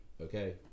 okay